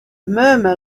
murmur